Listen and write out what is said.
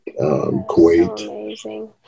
kuwait